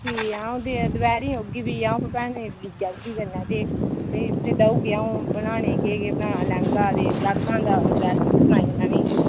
ठीक ऐ अऊं दपैह्री औह्गी भी अ'ऊं अपनी भैनूं ई बी लेई औह्गी कन्नै ते भी तुसें ई देई ओड़गी अ'ऊं बनाने ई केह् केह् बनाना लैह्ंगा ते फराकां द'ऊं त्रै तुसें ई सनान्नी भी